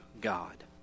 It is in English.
God